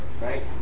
Right